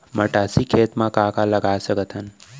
मटासी खेत म का का लगा सकथन?